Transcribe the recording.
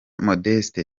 modeste